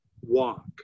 walk